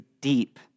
deep